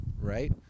right